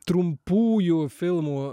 trumpųjų filmų